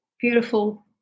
beautiful